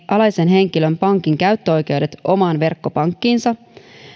alaisen henkilön pankin käyttöoikeudet omaan verkkopankkiinsa